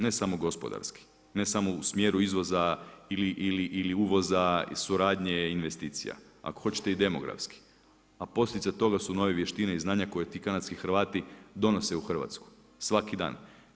Ne samo gospodarski, ne samo u smjeru izvoza ili uvoza, suradnje i investicija, ako hoćete i demografski, a posljedice toga su nove vještine i znanja koje ti kanadski Hrvati donose u Hrvatsku svaki dan.